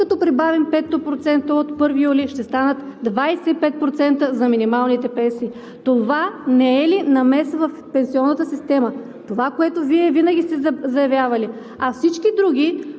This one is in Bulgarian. като прибавим 5% от 1 юли ще станат 25% за минималните пенсии. Това не е ли намеса в пенсионната система? Това, което Вие винаги сте заявявали, а всички други,